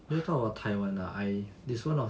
the talk about taiwan lah I there's one of